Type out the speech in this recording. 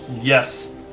yes